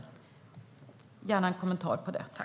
Jag vill gärna ha en kommentar till det, tack.